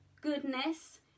goodness